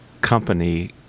company